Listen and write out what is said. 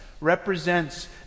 represents